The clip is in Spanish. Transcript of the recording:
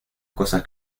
cosas